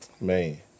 man